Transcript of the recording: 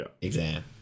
exam